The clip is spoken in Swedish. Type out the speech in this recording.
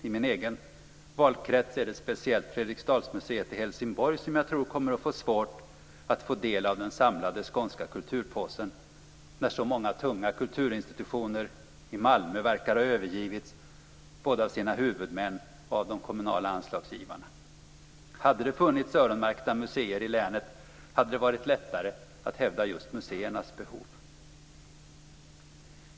I min egen valkrets är det speciellt Fredriksdalsmuseet i Helsingborg som jag tror kommer att få svårt att få del av den samlade skånska kulturpåsen, när så många tunga kulturinstitutioner i Malmö verkar ha övergivits både av sina huvudmän och de kommunala anslagsgivarna. Hade det funnits öronmärkta museer i länet hade det varit lättare att hävda just museernas behov.